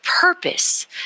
purpose